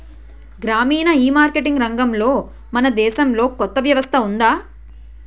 గ్రామీణ ఈమార్కెటింగ్ రంగంలో మన దేశంలో కొత్త వ్యవస్థ ఉందా?